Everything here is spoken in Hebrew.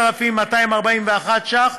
ל-3,241 ש"ח,